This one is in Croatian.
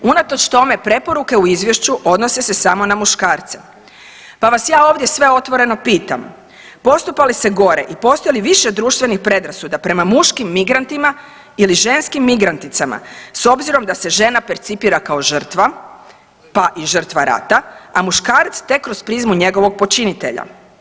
Unatoč tome preporuke u izvješću odnose se samo na muškarce, pa vas ja ovdje sve otvoreno pitam, postupa li se gore i postoji li više društvenih predrasuda prema muškim migrantima ili ženskim migranticama s obzirom da se žena percipira kao žrtva, pa i žrtva rata, a muškarac tek kroz prizmu njegovog počinitelja?